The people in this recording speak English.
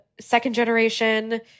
second-generation